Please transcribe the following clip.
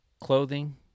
clothing